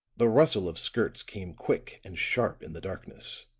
the rustle of skirts came quick and sharp in the darkness